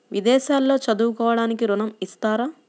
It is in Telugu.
విదేశాల్లో చదువుకోవడానికి ఋణం ఇస్తారా?